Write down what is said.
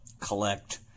collect